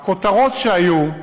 הכותרות שהיו,